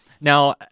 Now